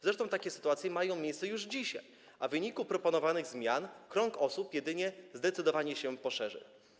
Zresztą takie sytuacje mają miejsce już dzisiaj, a w wyniku proponowanych zmian krąg tych osób jedynie zdecydowanie się poszerzy.